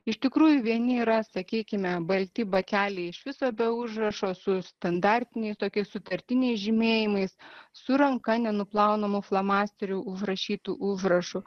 iš tikrųjų vieni yra sakykime balti bakeliai iš viso be užrašo su standartiniais tokiais sutartiniais žymėjimais su ranka nenuplaunamu flomasteriu užrašytu užrašu